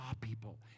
people